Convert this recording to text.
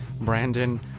Brandon